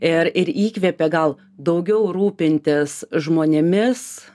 ir ir įkvepia gal daugiau rūpintis žmonėmis